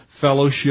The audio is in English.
fellowship